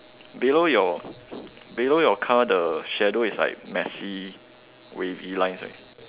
below your below your car the shadow is like messy wavy lines right